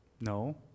No